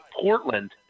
Portland